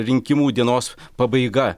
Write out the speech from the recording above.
rinkimų dienos pabaiga